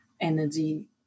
energy